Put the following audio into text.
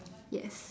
yes